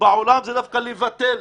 בעולם היא דווקא לבטל